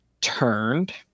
turned